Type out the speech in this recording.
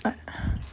!huh!